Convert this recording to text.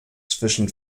zwischen